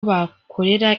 bakorera